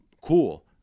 cool